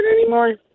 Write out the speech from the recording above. anymore